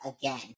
again